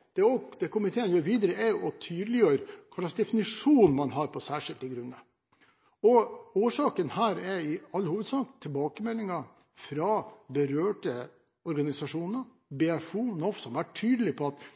«særskilte grunner». Det komiteen gjør videre, er å tydeliggjøre hva slags definisjon man har av «særskilte grunner». Årsaken er i all hovedsak tilbakemeldinger fra berørte organisasjoner – BFO, NOF – som har vært tydelige på at